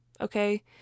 okay